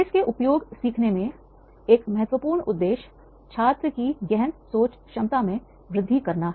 case के उपयोग सीखने में एक महत्वपूर्ण उद्देश्य छात्र की गहन सोच क्षमता में वृद्धि करना है